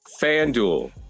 Fanduel